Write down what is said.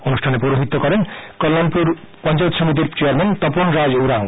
অনুষ্ঠানে পৌরহিত্য করেন কল্যাণপুর পঞ্চায়েত সমিতির চেয়ারম্যান তপন রাজ উরং